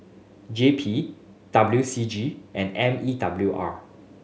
J P W C G and M E W R